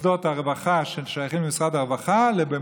מוסדות הרווחה ששייכים למשרד הרווחה לבין